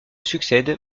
succèdent